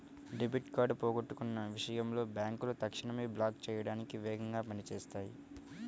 debit card పోగొట్టుకున్న విషయంలో బ్యేంకులు తక్షణమే బ్లాక్ చేయడానికి వేగంగా పని చేత్తాయి